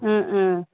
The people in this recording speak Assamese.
হয়